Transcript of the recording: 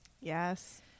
Yes